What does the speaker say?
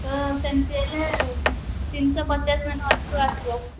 ତ ସେମିତି ହେଲେ ତିନିଶହ ପଚାଶ ଟଙ୍କା ଅଧିକ ଆସିବ